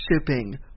shipping